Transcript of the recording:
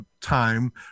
time